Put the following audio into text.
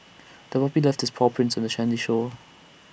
the puppy left its paw prints on the shore